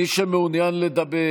מי שמעוניין לדבר